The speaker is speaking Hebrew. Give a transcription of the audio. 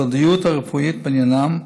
על הסודיות הרפואית בעניינם,